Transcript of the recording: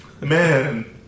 man